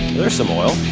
there's some oil.